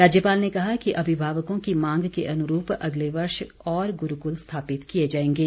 राज्यपाल ने कहा कि अभिभावकों की मांग के अनुरूप अगले वर्ष और गुरूकुल स्थापित किए जाएंगे